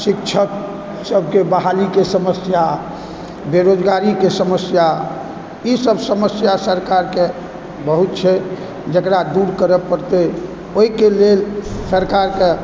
शिक्षक सबके बहालीके समस्या बेरोजगारीके समस्या ई सब समस्या सरकारके बहुत छै जकरा दूर करऽ पड़तै ओहिके लेल सरकारके